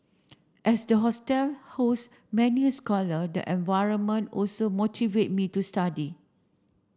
as the hostel many scholar the environment also motivate me to study